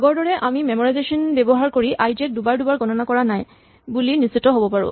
আগৰ দৰে আমি মেমৰাইজেচন ব্যৱহাৰ কৰি আই জে ক দুবাৰ দুবাৰ গণনা নাই কৰা বুলি নিশ্চিত হ'ব পাৰো